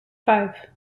five